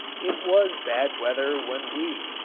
it was bad weather when we,